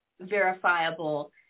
verifiable